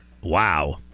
Wow